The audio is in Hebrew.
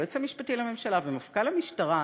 היועץ המשפטי לממשלה ומפכ"ל המשטרה,